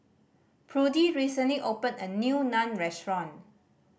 Prudie recently opened a new Naan Restaurant